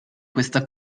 questa